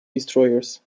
destroyers